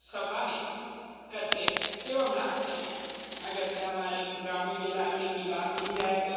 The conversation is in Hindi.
सभा में करते एवं डालते हैं अगर से हमारे ग्रामीण इलाके की बात की जाए तो